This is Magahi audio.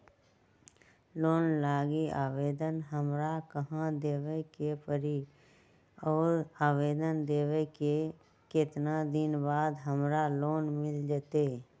लोन लागी आवेदन हमरा कहां देवे के पड़ी और आवेदन देवे के केतना दिन बाद हमरा लोन मिल जतई?